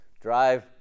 drive